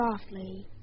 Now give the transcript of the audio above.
softly